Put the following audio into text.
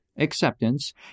acceptance